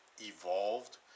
evolved